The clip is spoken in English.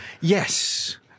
Yes